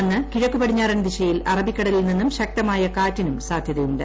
അന്ന് കിഴക്കു പടിഞ്ഞാറൻ ദിശയിൽ അറബിക്കടലിൽ നിന്നും ശക്തമായ കാറ്റിനും സാധ്യതയുണ്ട്